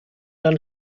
dann